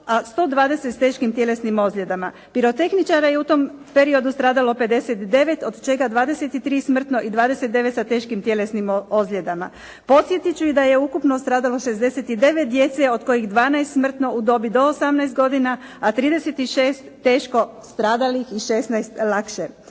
120 s teškim tjelesnim ozljedama. Pirotehničara je u tom periodu stradalo 59, od čega 23 smrtno i 29 sa teškim tjelesnim ozljedama. Podsjetit ću i da je ukupno stradalo 69 djece, od kojih 12 smrtno u dobi do 18 godina, a 36 teško stradalih i 16 lakše.